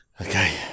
Okay